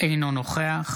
אינו נוכח